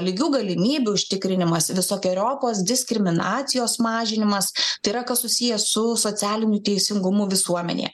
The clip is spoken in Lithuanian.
lygių galimybių užtikrinimas visokeriopos diskriminacijos mažinimas tai yra kas susiję su socialiniu teisingumu visuomenėje